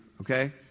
okay